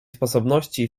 sposobności